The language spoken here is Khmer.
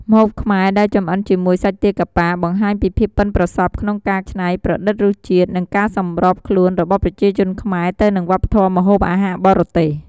ម្ហូបខ្មែរដែលចម្អិនជាមួយសាច់ទាកាប៉ា បង្ហាញពីភាពប៉ិនប្រសប់ក្នុងការច្នៃប្រឌិតរសជាតិ និងការសម្របខ្លួនរបស់ប្រជាជនខ្មែរទៅនឹងវប្បធម៌ម្ហូបអាហារបរទេស។